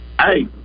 Hey